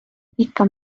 ikka